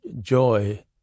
joy